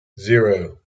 zero